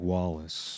Wallace